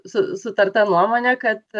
su sutarta nuomone kad